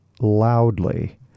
loudly